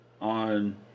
on